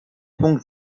punkt